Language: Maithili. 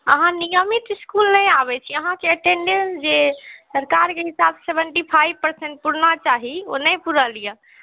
अहाँ नियमित इसकूल नहि आबैत छी अहाँके एटेन्डेंस जे सरकारके हिसाबसँ सेवेन्टी फाइव परसेन्ट पुरना चाही ओ नहि पुरल यऽ